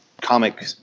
comic